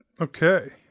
Okay